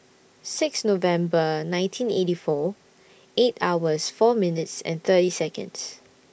six November nineteen eighty four eight hours four minutes and thirty Seconds